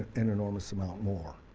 an enormous amount more.